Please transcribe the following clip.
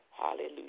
Hallelujah